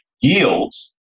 yields